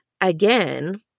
again